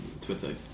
Twitter